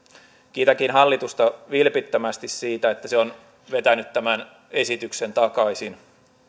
kiitänkin hallitusta vilpittömästi siitä että se on vetänyt tämän esityksen takaisin